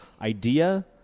idea